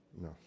No